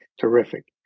terrific